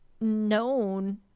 known